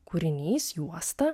kūrinys juosta